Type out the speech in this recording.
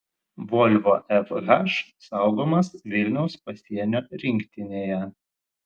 volvo fh saugomas vilniaus pasienio rinktinėje